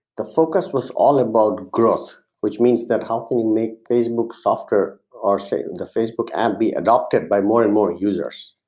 the focus was all about growth which means that how can you make facebook faster or so the facebook and be adopted by more and more users.